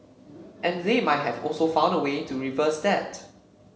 and they might have also found a way to reverse that